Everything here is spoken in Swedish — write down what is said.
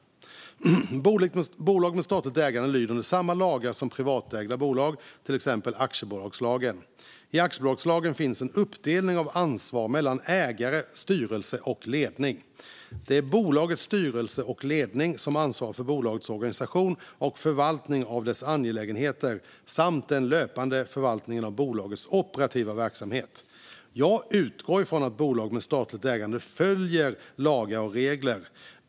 Bolag med statligt ägande lyder under samma lagar som privatägda bolag, till exempel aktiebolagslagen. I aktiebolagslagen finns en uppdelning av ansvar mellan ägare, styrelse och ledning. Det är bolagets styrelse och ledning som ansvarar för bolagets organisation och förvaltningen av dess angelägenheter samt den löpande förvaltningen av bolagets operativa verksamhet. Jag utgår från att bolag med statligt ägande följer lagar och regler.